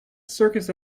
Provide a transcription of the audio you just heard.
circus